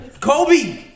Kobe